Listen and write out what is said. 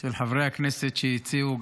של חברי הכנסת שהציעו,